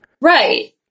Right